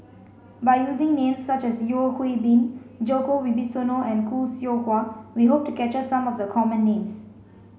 by using names such as Yeo Hwee Bin Djoko Wibisono and Khoo Seow Hwa we hope to capture some of the common names